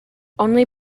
only